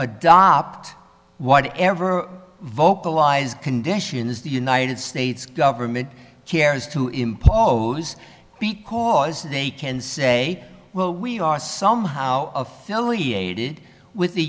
adopt whatever vocalized conditions the united states government cares to impose beat because they can say well we are somehow affiliated with the